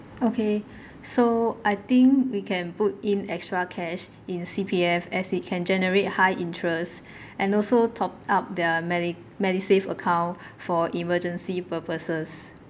okay so I think we can put in extra cash in C_P_F as it can generate high interest and also topped up their medi~ MediSave account for emergency purposes